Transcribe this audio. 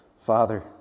Father